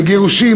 בגירושים,